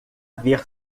ver